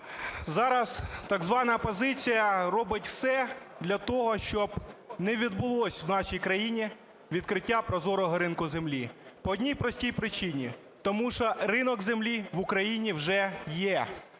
Зараз так звана опозиція робить все для того, щоб не відбулось в нашій країні відкриття прозорого ринку землі по одній простій причині, тому що ринок землі в Україні вже є.